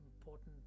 important